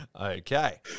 Okay